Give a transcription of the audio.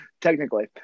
technically